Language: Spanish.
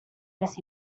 las